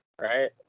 Right